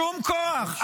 שום כורח.